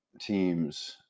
team's